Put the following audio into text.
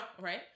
Right